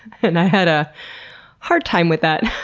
and i had a hard time with that,